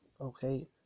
okay